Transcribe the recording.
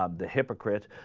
um the hypocrite